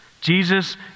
Jesus